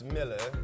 Miller